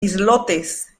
islotes